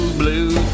blue